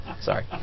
Sorry